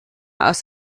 aus